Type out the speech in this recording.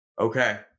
Okay